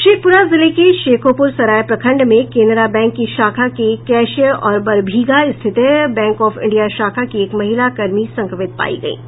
शेख्यपरा जिले के शेखोपूर सराय प्रखंड में केनरा बैंक की शाखा के कैशियर और बरबीघा स्थित बैंक ऑफ इंडिया शाखा की एक महिला कर्मी संक्रमित पायी गयी है